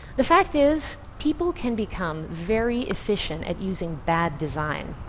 the fact is, people can become very efficient at using bad design,